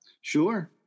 Sure